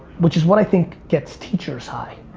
which is what i think gets teachers high.